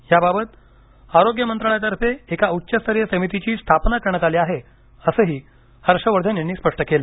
याबाबत आरोग्य मंत्रालयातर्फे एका उच्च स्तरीय समितीची स्थापना करण्यात आली आहे असंही हर्ष वर्धन यांनी स्पष्ट केलं